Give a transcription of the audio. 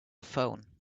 phone